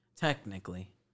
Technically